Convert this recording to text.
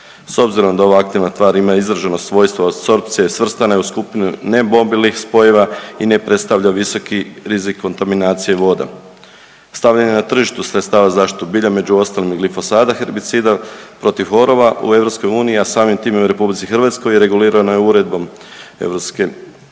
S obzirom da ova aktivna tvar ima izraženo svojstvo apsorpcije svrstana je u skupinu …/Govornik se ne razumije./… spojeva i ne predstavlja visoki rizik kontaminacije voda. Stavljanje na tržištu sredstava za zaštitu bilja među ostalim i glifosata herbicida protiv korova u EU, a samim time i u RH regulirano je uredbom